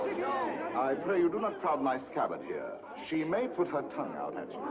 i pray you do not crowd my scabbard here. she may put her tongue out at